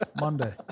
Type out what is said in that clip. Monday